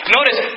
Notice